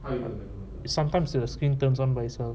wait sometimes to the screen terms on myself